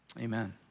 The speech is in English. Amen